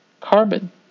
carbon